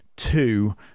two